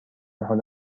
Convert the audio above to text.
حال